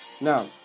now